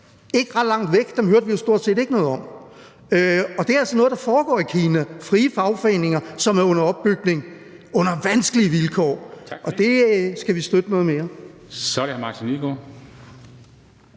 ikke ret langt væk, hørte vi jo stort set ikke noget om. Og det er altså noget, der foregår i Kina, med frie fagforeninger, som er under opbygning under vanskelige vilkår, og det skal vi støtte noget mere.